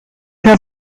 has